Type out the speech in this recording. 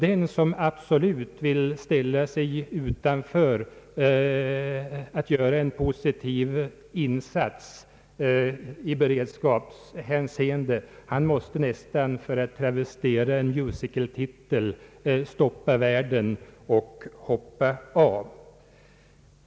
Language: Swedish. Den som absolut vill ställa sig utanför att göra en positiv insats i beredskapshänseende, han måste nästan — för att travestera en musicaltitel — stoppa världen och hoppa av.